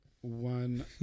one